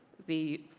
the